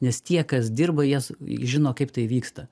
nes tie kas dirba jie žino kaip tai vyksta